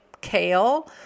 kale